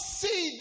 see